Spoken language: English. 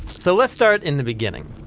so let's start in the beginning.